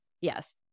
yes